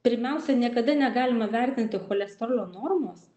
pirmiausia niekada negalima vertinti cholesterolio normos